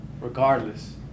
regardless